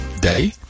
day